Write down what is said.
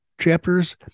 chapters